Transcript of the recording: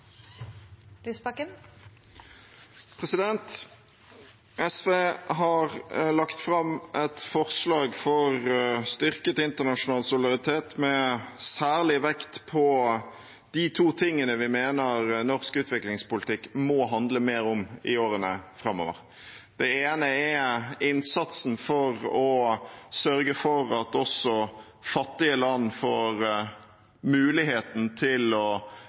SV har lagt fram et forslag for styrket internasjonal solidaritet med særlig vekt på de to tingene vi mener norsk utviklingspolitikk må handle mer om i årene framover. Det ene er innsatsen for å sørge for at også fattige land får muligheten til å